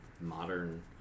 modern